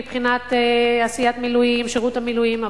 מבחינת עשיית שירות המילואים,